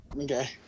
Okay